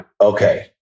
okay